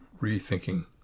rethinking